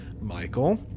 Michael